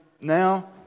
now